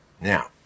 Now